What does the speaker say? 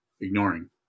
ignoring